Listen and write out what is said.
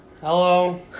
Hello